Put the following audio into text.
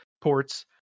ports